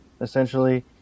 essentially